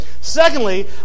Secondly